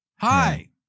Hi